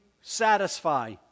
satisfy